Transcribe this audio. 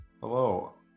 Hello